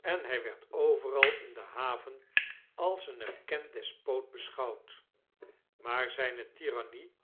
en hij werd overal in de haven als een erkend despoot beschouwd maar zijne